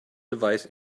device